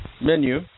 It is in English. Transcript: menu